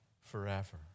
forever